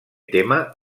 tema